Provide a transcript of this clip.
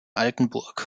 altenburg